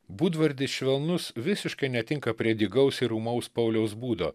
būdvardis švelnus visiškai netinka prie dygaus ir ūmaus pauliaus būdo